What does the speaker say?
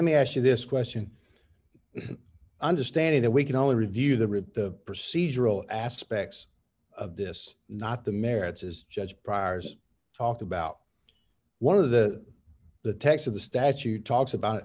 the me ask you this question understanding that we can only review the rip the procedural aspects of this not the merits as judge prior's talked about one of the the text of the statute talks about